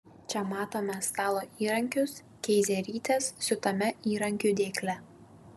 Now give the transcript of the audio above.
čia matome stalo įrankius keizerytės siūtame įrankių dėkle